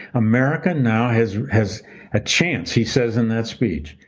america now has has a chance, he says in that speech,